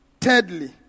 Thirdly